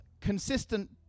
consistent